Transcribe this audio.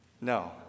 No